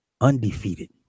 undefeated